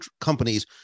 companies